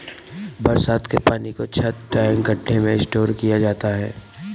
बरसात के पानी को छत, टैंक, गढ्ढे में स्टोर किया जा सकता है